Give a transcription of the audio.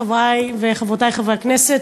חברי וחברותי חברי הכנסת,